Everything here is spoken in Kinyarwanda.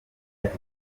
ati